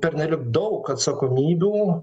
pernelyg daug atsakomybių